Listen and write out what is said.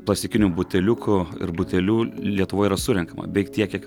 plastikinių buteliukų ir butelių lietuvoje yra surenkama beveik tiek kiek